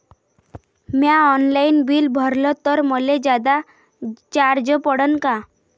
म्या online bill भरलं तर मले जादा चार्ज पडन का?